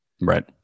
Right